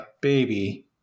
Baby